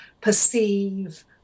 perceive